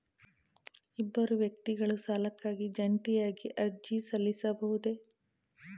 ಇಬ್ಬರು ವ್ಯಕ್ತಿಗಳು ಸಾಲಕ್ಕಾಗಿ ಜಂಟಿಯಾಗಿ ಅರ್ಜಿ ಸಲ್ಲಿಸಬಹುದೇ?